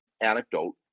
anecdote